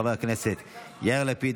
חברי הכנסת יאיר לפיד,